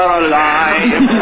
alive